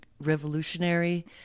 revolutionary